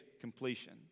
completion